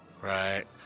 Right